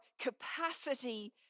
capacity